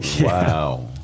Wow